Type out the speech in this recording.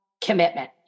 commitment